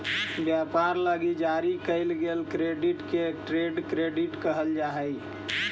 व्यापार लगी जारी कईल गेल क्रेडिट के ट्रेड क्रेडिट कहल जा हई